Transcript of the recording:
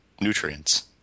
nutrients